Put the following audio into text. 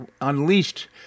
Unleashed